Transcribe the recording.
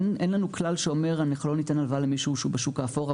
אין לנו כלל שאומר שאנחנו לא ניתן הלוואה למישהו שהוא בשוק האפור,